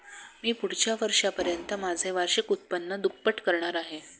मी पुढच्या वर्षापर्यंत माझे वार्षिक उत्पन्न दुप्पट करणार आहे